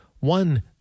One